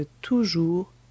toujours